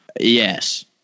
Yes